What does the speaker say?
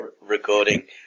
recording